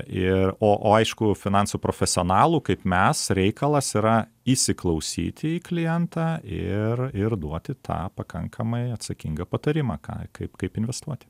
ir o o aišku finansų profesionalų kaip mes reikalas yra įsiklausyti į klientą ir ir duoti tą pakankamai atsakingą patarimą ką kaip kaip investuoti